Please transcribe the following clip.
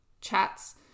chats